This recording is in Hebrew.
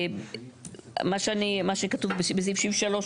מה שאני, מה שכתוב בסעיף 63,